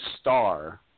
star